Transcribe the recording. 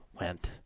went